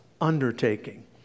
undertaking